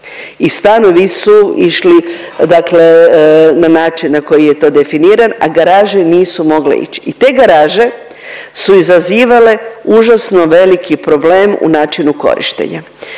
i stanovi su išli na način na koji je to definiran, a garaže nisu mogle ići i te garaže su izazivale užasno veliki problem u načinu korištenja.